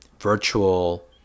virtual